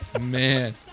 Man